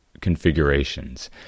configurations